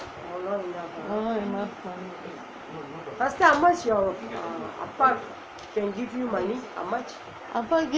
not enough அப்பா:appa give